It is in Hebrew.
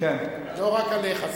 לא רק עליך.